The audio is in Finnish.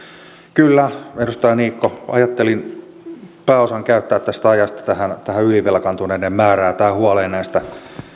kyllä edustaja niikko ajattelin pääosan käyttää tästä ajasta tähän tähän ylivelkaantuneiden määrään huoleen